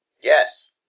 Yes